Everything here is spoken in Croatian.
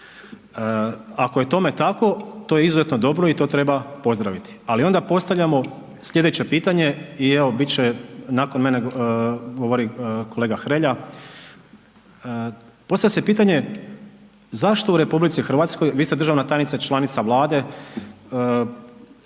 Ako je tome tako, to je izuzetno dobro i to treba pozdraviti. Ali onda postavljamo sljedeće pitanje i evo bit će nakon mene govori kolega Hrelja, postavlja se pitanje zašto u RH, vi ste državna tajnica članica Vlade,